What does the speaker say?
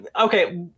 Okay